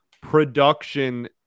production